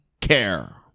care